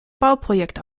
bauprojekt